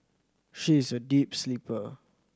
she is a deep sleeper